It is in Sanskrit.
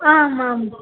आम् आम्